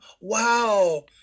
wow